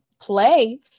play